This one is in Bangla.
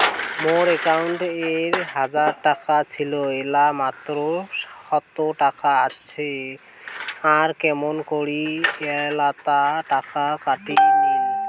মোর একাউন্টত এক হাজার টাকা ছিল এলা মাত্র সাতশত টাকা আসে আর কেমন করি এতলা টাকা কাটি নিল?